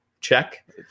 check